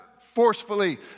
forcefully